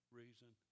reason